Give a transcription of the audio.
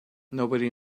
nobody